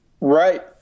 Right